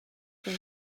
sin